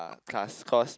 class cause